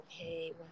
okay